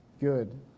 good